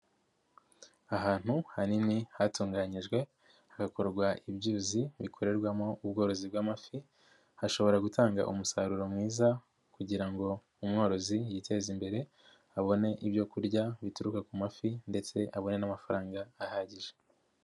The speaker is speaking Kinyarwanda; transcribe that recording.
Ahantu hanini hatunganyijwe, hagakorwa ibyuzi bikorerwamo ubworozi bw'amafi, hashobora gutanga umusaruro mwiza kugira ngo umworozi yiteze imbere, abone ibyo kurya bituruka ku mafi ndetse abone n'amafaranga ahagije.